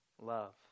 love